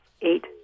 eight